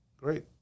Great